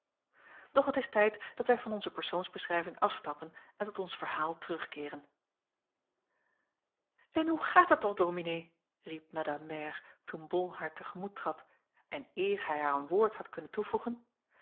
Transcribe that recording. doch het is tijd dat wij van onze persoonsbeschrijving afstappen en tot ons verhaal terugkeeren en hoe gaat het al dominee riep madame mère toen bol haar te gemoet trad en eer hij haar een woord had kunnen toevoegen